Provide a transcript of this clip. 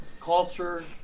culture